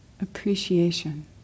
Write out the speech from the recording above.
appreciation